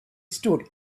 stood